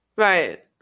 Right